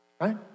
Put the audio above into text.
right